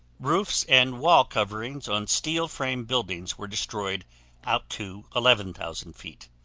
roofs and wall coverings on steel frame buildings were destroyed out to eleven thousand feet.